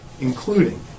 including